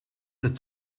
that